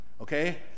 okay